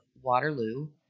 Waterloo